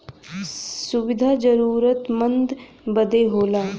सुविधा जरूरतमन्द बदे होला